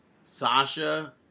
Sasha